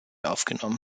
aufgenommen